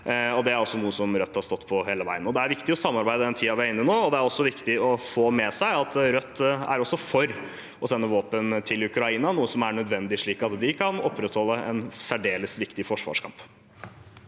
det er noe som Rødt har stått på hele veien. Det er viktig å samarbeide i den tiden vi er inne i nå. Det er også viktig å få med seg at Rødt også er for å sende våpen til Ukraina, noe som er nødvendig, slik at de kan opprettholde en særdeles viktig forsvarskamp.